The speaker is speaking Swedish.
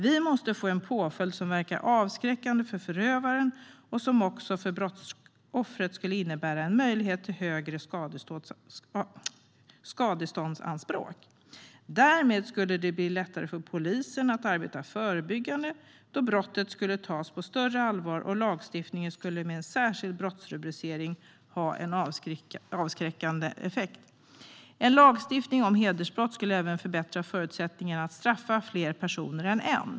Vi måste få en påföljd som verkar avskräckande för förövaren och som för brottsoffret skulle innebära en möjlighet till högre skadeståndsanspråk. Därmed skulle det bli lättare för polisen att arbeta förebyggande. Brottet skulle tas på större allvar, och lagstiftningen skulle med en särskild brottsrubricering ha en avskräckande effekt. Lagstiftning om hedersbrott skulle även förbättra förutsättningarna att straffa fler personer än en.